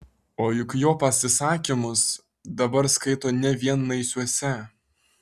o juk jo pasisakymus dabar skaito ne vien naisiuose